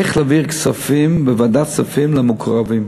איך להעביר כספים בוועדת הכספים למקורבים.